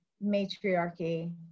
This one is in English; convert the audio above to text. matriarchy